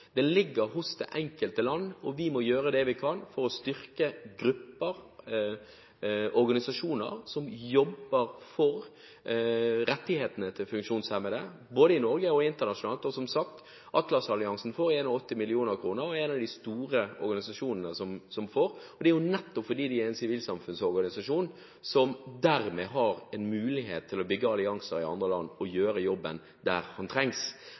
ligger – hos det enkelte land. Vi må gjøre det vi kan for å styrke grupper og organisasjoner som jobber for funksjonshemmedes rettigheter, både i Norge og internasjonalt. Som sagt, Atlas-alliansen får 81 mill. kr og er en av de store organisasjonene som får. Det er fordi de er en sivilsamfunnsorganisasjon, som dermed har mulighet til å bygge allianser i andre land – og gjøre jobben der den trengs.